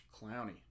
Clowny